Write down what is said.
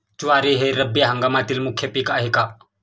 ज्वारी हे रब्बी हंगामातील मुख्य पीक आहे का?